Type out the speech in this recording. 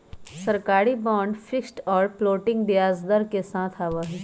सरकारी bond fixed और floating ब्याज दर के साथ आवा हई